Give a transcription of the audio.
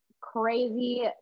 crazy